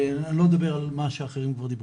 אני לא אדבר על מה שאחרים כבר דיברו.